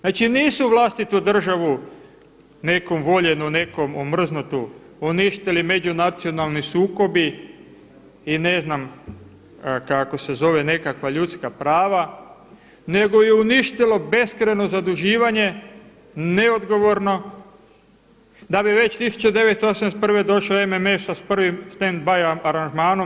Znači nisu vlastitu državu nekom voljenu, nekom omrznutu uništili međunacionalni sukobi i ne znam kako se zove nekakva ljudska prava nego ju je uništilo beskrajno zaduživanje, neodgovorno, da bi već 1981. došao MMF sa prvim stand by aranžmanom.